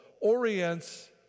orients